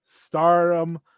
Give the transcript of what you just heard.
stardom